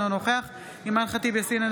אינו נוכח אימאן ח'טיב יאסין,